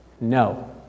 no